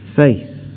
faith